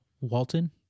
walton